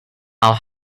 i’ll